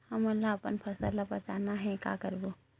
हमन ला अपन फसल ला बचाना हे का करबो?